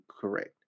correct